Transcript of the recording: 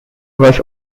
was